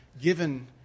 given